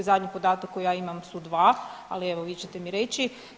Zadnji podatak koji ja imam su 2, ali evo vi ćete mi reći.